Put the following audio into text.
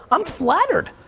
i'm flattered,